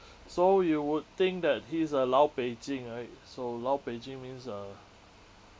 so you would think that he's a 老北京 right so 老北京 means uh